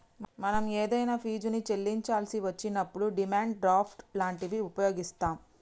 మనం ఏదైనా ఫీజుని చెల్లించాల్సి వచ్చినప్పుడు డిమాండ్ డ్రాఫ్ట్ లాంటివి వుపయోగిత్తాం